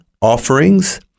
offerings